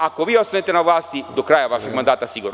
ako vi ostanete na vlasti do kraja vašeg mandata sigurno.